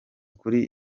kuri